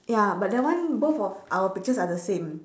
ya but that one both of our pictures are the same